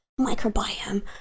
microbiome